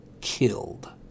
killed